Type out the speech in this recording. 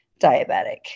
diabetic